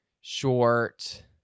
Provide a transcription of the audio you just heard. short